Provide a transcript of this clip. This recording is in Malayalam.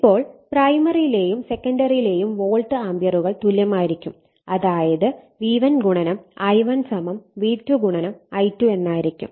ഇപ്പോൾ പ്രൈമറിയിലെയും സെക്കൻഡറിയിലെയും വോൾട്ട് ആമ്പിയറുകൾ തുല്യമായിരിക്കും അതായത് V1 × I1 V2 × I2 എന്നായിരിക്കണം